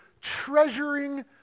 treasuring